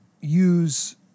use